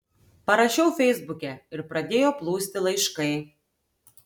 parašiau feisbuke ir pradėjo plūsti laiškai